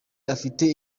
afite